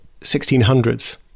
1600s